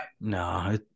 No